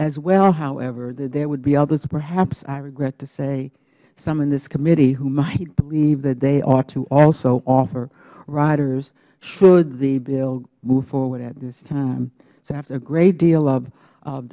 as well however that there would be others perhaps i regret to say some in this committee who might believe that they ought to also offer riders should the bill move forward at this time so after a great deal of